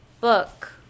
book